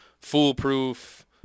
Foolproof